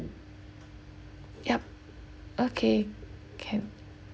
yup okay can